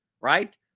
right